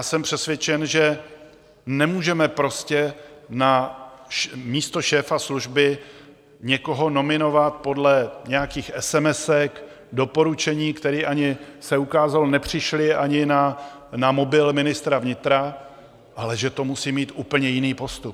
Jsem přesvědčen, že nemůžeme prostě na místo šéfa služby někoho nominovat podle nějakých esemesek, doporučení, které ani, jak se ukázalo, nepřišly ani na mobil ministra vnitra, ale že to musí mít úplně jiný postup.